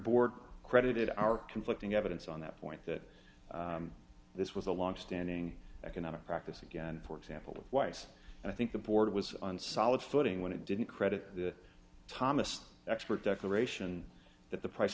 board credited our conflicting evidence on that point that this was a longstanding economic practice again for example weiss and i think the board was on solid footing when it didn't credit the thomas expert declaration that the price